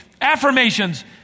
affirmations